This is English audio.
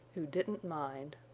who didn't mind.